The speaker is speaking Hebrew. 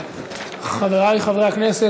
חברי חברי הכנסת,